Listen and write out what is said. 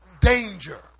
danger